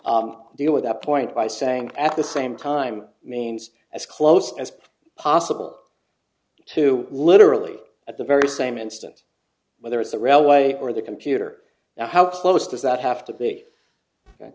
deal with that point by saying at the same time means as close as possible to literally at the very same instant whether it's the railway or the computer now how close does that have to be